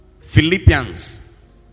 Philippians